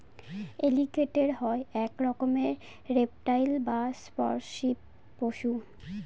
এলিগেটের হয় এক রকমের রেপ্টাইল বা সর্প শ্রীপ পশু